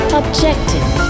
objective